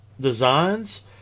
designs